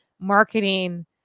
marketing